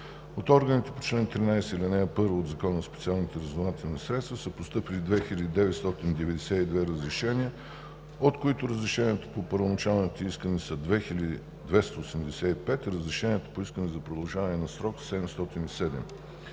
От органите по чл. 13, ал. 1 от Закона за специалните разузнавателни средства са постъпили 2992 разрешения, от които разрешенията по първоначалните искания са 2285 и разрешенията по искания за продължаване на срока са 707.